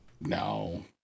No